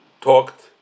talked